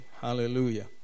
Hallelujah